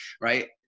right